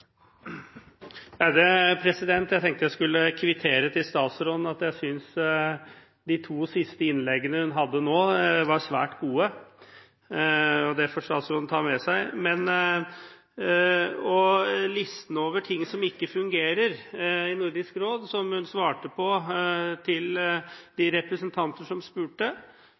Jeg tenkte jeg skulle kvittere til statsråden at jeg synes de to siste innleggene hun hadde nå, var svært gode. Det får statsråden ta med seg. Listen over ting som ikke fungerer i Nordisk råd, som hun svarte på til de representanter som spurte,